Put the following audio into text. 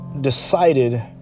decided